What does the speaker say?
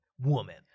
woman